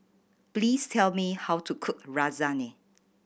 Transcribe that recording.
please tell me how to cook Lasagne